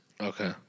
Okay